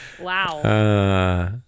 Wow